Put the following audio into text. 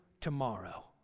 tomorrow